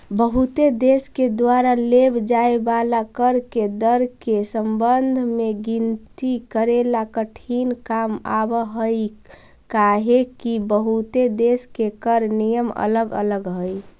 बहुते देश के द्वारा लेव जाए वाला कर के दर के संबंध में गिनती करेला कठिन काम हावहई काहेकि बहुते देश के कर नियम अलग अलग हई